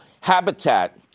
habitat